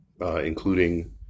including